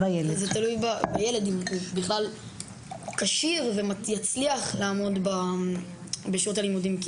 אם הוא בכלל כשיר ויצליח לעמוד בשעות הלימודים.